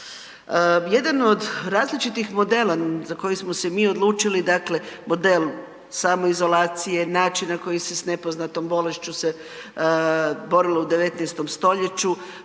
Jedan od različitih modela za koje smo se mi odlučili, model samoizolacije, način na koji se s nepoznatom bolešću se borilo u 19. stoljeću,